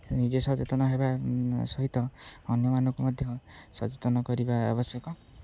ନିଜେ ସଚେତନ ହେବା ସହିତ ଅନ୍ୟମାନଙ୍କୁ ମଧ୍ୟ ସଚେତନ କରିବା ଆବଶ୍ୟକ